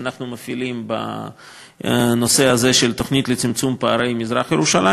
שאנחנו מפעילים בנושא הזה של תוכנית לצמצום פערים במזרח-ירושלים,